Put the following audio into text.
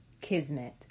kismet